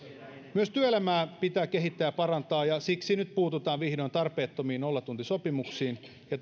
myös työelämää pitää kehittää ja parantaa ja siksi nyt vihdoin puututaan tarpeettomiin nollatuntisopimuksiin ja